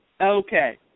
Okay